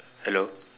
hello